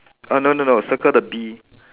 uh no no no circle the bee